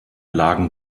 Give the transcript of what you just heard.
lagen